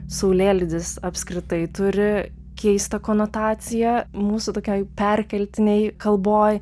saulėlydis apskritai turi keistą konotaciją mūsų tokioj perkeltinėj kalboj